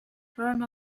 bruno